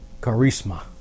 Charisma